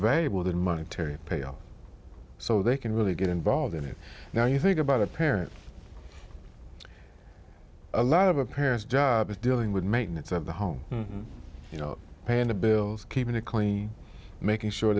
valuable than money terry pay off so they can really get involved in it now you think about a parent a lot of a parent's job is dealing with maintenance of the home you know paying the bills keeping it clean making sure